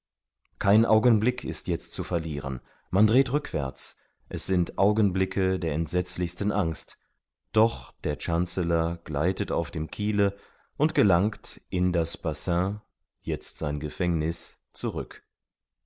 kein augenblick ist jetzt zu verlieren man dreht rückwärts es sind augenblicke der entsetzlichsten angst doch der chancellor gleitet auf dem kiele und gelangt in das bassin jetzt sein gefängniß zurück